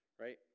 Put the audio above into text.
Right